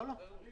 לא, לא.